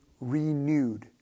renewed